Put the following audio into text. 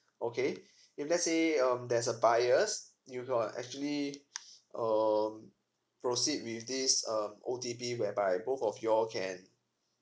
okay if let's say um there's a buyers you got actually um proceed with this um O T P whereby both of you all can